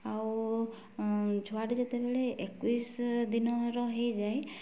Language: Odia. ଆଉ ଛୁଆଟି ଯେତେବେଳେ ଏକୋଇଶ ଦିନର ହୋଇଯାଏ